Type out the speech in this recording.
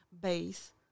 base